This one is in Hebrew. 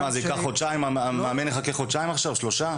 המאמן יחכה חודשיים-שלושה?